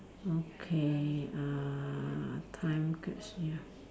okay uh time capsule ya